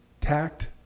Tact